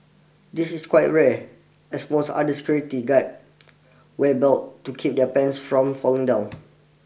this is quite rare as most other security guard wear belt to keep their pants from falling down